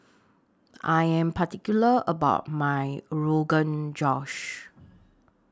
I Am particular about My Rogan Josh